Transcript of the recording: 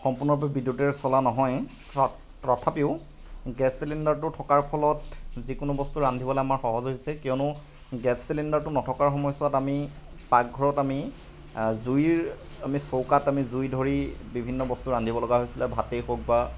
সম্পূৰ্ণৰূপে বিদ্য়ুতেৰে চলা নহয় তথাপিও গেছ চিলিণ্ডাৰটো থকাৰ ফলত যিকোনো বস্তু ৰান্ধিবলৈ আমাৰ সহজ হৈছে কিয়নো গেছ চিলিণ্ডাৰটো নথকাৰ সময়ছোৱাত আমি পাকঘৰত আমি জুইৰ আমি চৌকাত আমি জুই ধৰি বিভিন্ন বস্তু ৰান্ধিব লগা হৈছিলে ভাতেই হওক বা